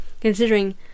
considering